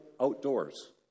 outdoors